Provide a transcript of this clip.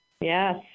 Yes